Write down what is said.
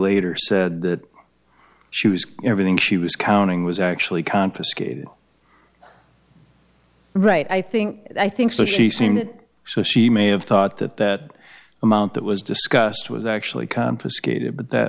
said that she was everything she was counting was actually confiscated right i think i think so she seemed so she may have thought that that amount that was discussed was actually confiscated but that